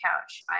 couch